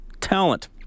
talent